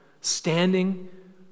standing